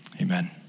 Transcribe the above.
Amen